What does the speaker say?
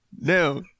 No